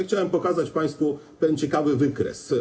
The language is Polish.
Chciałbym pokazać państwu ten ciekawy wykres.